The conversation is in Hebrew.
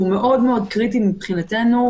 הוא מאוד קריטי מבחינתנו,